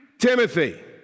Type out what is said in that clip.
Timothy